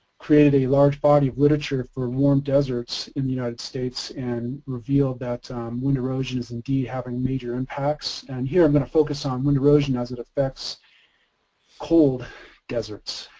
created a large body of literature for warm desserts in the united states and revealed that wind erosion is indeed having major impacts. and here i'm going to focus on wind erosion as it affects cold deserts,